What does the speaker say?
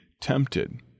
tempted